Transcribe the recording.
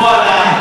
שאפו על החרוזים.